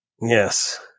Yes